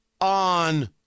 on